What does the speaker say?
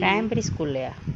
primary school லயா:laya